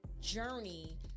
journey